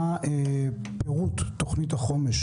מה פירוט תוכנית החומש,